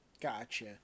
Gotcha